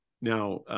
Now